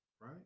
Right